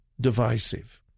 divisive